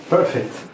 Perfect